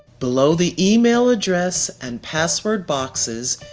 below the email address and password boxes,